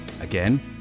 Again